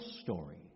story